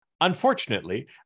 Unfortunately